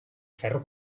ferro